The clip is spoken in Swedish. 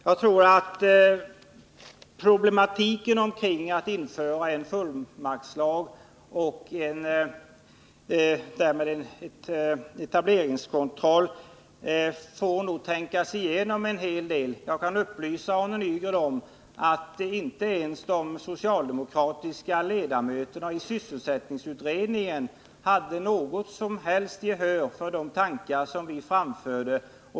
Jag tror att vi behöver tänka igenom problemen med en fullmaktslag om etableringskontroll en hel del. Jag kan upplysa Arne Nygren om att inte ens de socialdemokratiska ledamöterna i sysselsättningsutredningen hade något till övers för de tankarna.